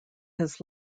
his